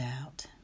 out